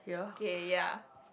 K ya